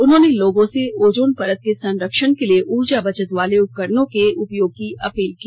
उन्होंने लोगों से ओजोन परत के संरक्षण के लिए ऊर्जा बचत वाले उपकरणों के उपयोग की अपील की